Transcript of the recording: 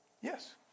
Yes